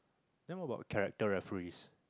then what about character referees